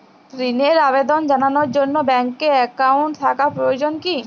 ঋণের আবেদন জানানোর জন্য ব্যাঙ্কে অ্যাকাউন্ট থাকা প্রয়োজন কী?